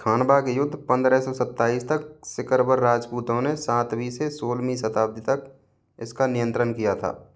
खानवा के युद्ध पंद्रह सौ सत्ताईस तक सिकरवर राजपूतों ने सातवीं से सोलहवीं शताब्दी तक इसका नियंत्रण किया था